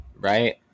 Right